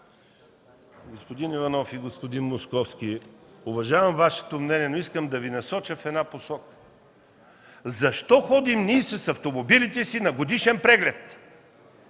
Господин Иванов и господин Московски, уважавам Вашето мнение, но искам да Ви насоча в една посока. Защо ние ходим с автомобилите си на годишен преглед?!